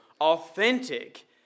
authentic